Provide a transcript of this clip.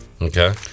Okay